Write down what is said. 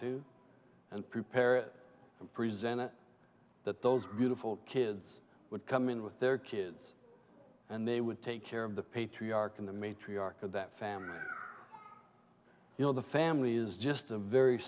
to and prepare presented that those beautiful kids would come in with their kids and they would take care of the patriarch in the matriarch of that family you know the family is just a very